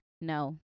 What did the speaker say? no